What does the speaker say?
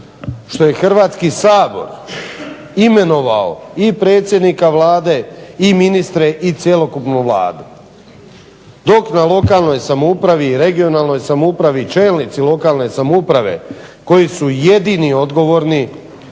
što je Hrvatski sabor imenovao i predsjednika Vlade i ministre i cjelokupnu Vladu, dok na lokalnoj samoupravi i regionalnoj samoupravi čelnici lokalne samouprave koji su jedini odgovorni